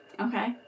Okay